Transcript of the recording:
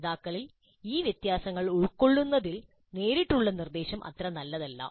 പഠിതാക്കളിൽ ഈ വ്യത്യാസങ്ങൾ ഉൾക്കൊള്ളുന്നതിൽ നേരിട്ടുള്ള നിർദ്ദേശം അത്ര നല്ലതല്ല